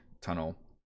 tunnel